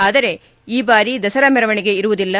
ಆದರೆ ಈ ಬಾರಿ ದಸರಾ ಮೆರವಣಿಗೆ ಇರುವುದಿಲ್ಲ